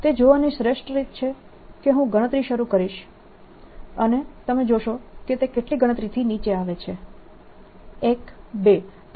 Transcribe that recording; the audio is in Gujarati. તે જોવાની શ્રેષ્ઠ રીત છે કે હું ગણતરી શરૂ કરીશ અને તમે જોશો કે તે કેટલી ગણતરીથી નીચે આવે છે